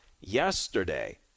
yesterday